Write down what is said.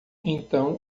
então